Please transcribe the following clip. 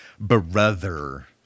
Brother